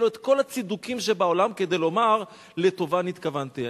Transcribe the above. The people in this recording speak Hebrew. יהיו לו כל הצידוקים שבעולם כדי לומר "לטובה נתכוונתי".